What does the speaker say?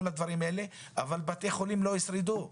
הדברים האלה - אבל בתי החולים לא ישרדו.